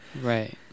Right